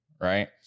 right